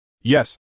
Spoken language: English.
Yes